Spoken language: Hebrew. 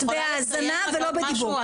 אני יכולה לסיים אבל משהו?